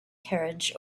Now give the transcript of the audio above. carriage